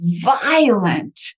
violent